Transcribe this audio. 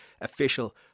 official